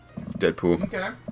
deadpool